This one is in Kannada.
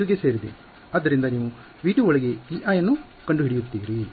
ಆದ್ದರಿಂದ ನೀವು V2 ಒಳಗೆ Ei ಅನ್ನು ಕಂಡುಹಿಡಿಯುತ್ತೀರಿ